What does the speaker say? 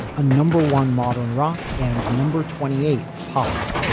a number one modern rock and number twenty eight pop hit.